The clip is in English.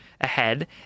ahead